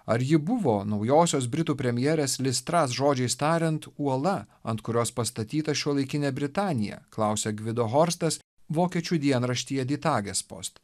ar ji buvo naujosios britų premjerės listras žodžiais tariant uola ant kurios pastatyta šiuolaikinė britanija klausia gvido horstas vokiečių dienraštyje di tages post